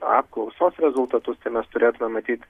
apklausos rezultatus tai mes turėtume matyt